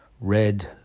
Red